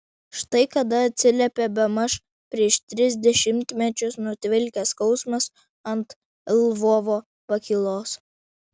štai kada atsiliepė bemaž prieš tris dešimtmečius nutvilkęs skausmas ant lvovo pakylos